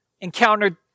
encountered